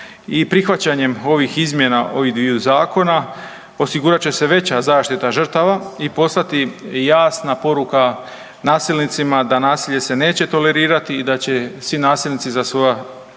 i prihvaćanjem ovih izmjena ova dva zakona osigurat će se veća zaštita žrtava i poslati jasna poruka nasilnicima da nasilje se neće tolerirati i da će svi nasilnici za svoja nedjela